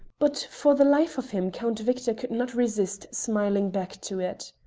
but for the life of him count victor could not resist smiling back to it.